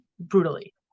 brutally